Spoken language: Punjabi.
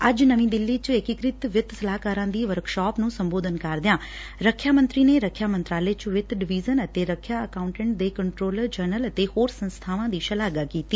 ਅੱਜ ਨਵੀ ਦਿੱਲੀ 'ਚ ਏਕੀਕ੍ਰਿਤ ਵਿੱਤ ਸਲਾਹਕਾਰਾਂ ਦੀ ਵਰਕਸ਼ਾਪ ਨੂੰ ਸੰਬੋਧਨ ਕਰਦਿਆਂ ਰੱਖਿਆ ਮੰਤਰੀ ਨੇ ਰੱਖਿਆ ਮੰਤਰਾਲੇ 'ਚ ਵਿੱਤ ਡਵੀਜਨ ਅਤੇ ਰੱਖਿਆ ਐਕਾਊਂਟ ਦੇ ਕੰਟਰੋਲਰ ਜਨਰਲ ਅਤੇ ਹੋਰ ਸੰਸਬਾਵਾਂ ਦੀ ਸ਼ਲਾਘਾ ਕੀਤੀ